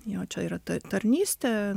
jo čia yra ta tarnystė